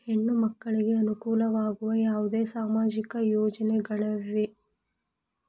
ಹೆಣ್ಣು ಮಕ್ಕಳಿಗೆ ಅನುಕೂಲವಾಗುವ ಯಾವುದೇ ಸಾಮಾಜಿಕ ಯೋಜನೆಗಳಿವೆಯೇ?